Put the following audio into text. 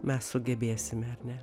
mes sugebėsime ar ne